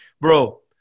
bro